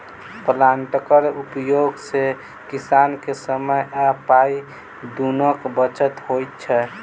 प्लांटरक उपयोग सॅ किसान के समय आ पाइ दुनूक बचत होइत छै